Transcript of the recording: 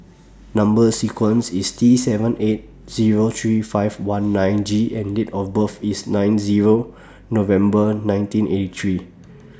Number sequence IS T seven eight Zero three five one nine G and Date of birth IS nine Zero November nineteen eighty three